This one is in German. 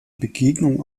begegnung